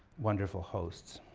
wonderful hosts.